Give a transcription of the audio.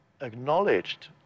acknowledged